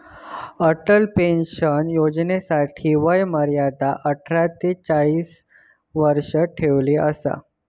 Atal pension योजनेसाठी वय मर्यादा अठरा ते चाळीस वर्ष ठेवली असा